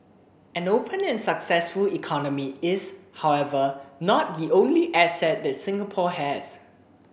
an open and successful economy is however not the only asset that Singapore has